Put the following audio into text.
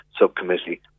subcommittee